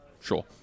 Sure